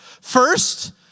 First